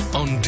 on